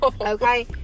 Okay